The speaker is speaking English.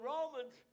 Romans